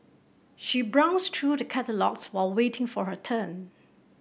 she browsed through the catalogues while waiting for her turn